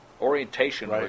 orientation